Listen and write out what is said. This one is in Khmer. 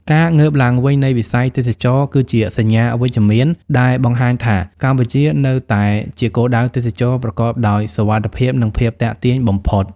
ការងើបឡើងវិញនៃវិស័យទេសចរណ៍គឺជាសញ្ញាវិជ្ជមានដែលបង្ហាញថា កម្ពុជានៅតែជាគោលដៅទេសចរណ៍ប្រកបដោយសុវត្ថិភាព និងភាពទាក់ទាញបំផុត។